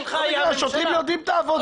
השוטרים יודעים את העבודה.